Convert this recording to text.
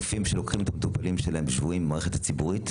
רופאים שלוקחים את החולים שלהם שבויים במערכת הציבורית,